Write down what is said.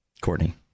Courtney